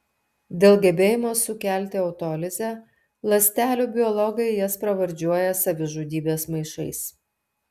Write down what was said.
dėl gebėjimo sukelti autolizę ląstelių biologai jas pravardžiuoja savižudybės maišais